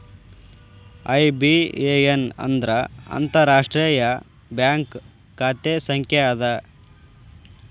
IBAN ಅಂದ್ರ ಅಂತಾರಾಷ್ಟ್ರೇಯ bank ಖಾತೆ ಸಂಖ್ಯಾ ಅದ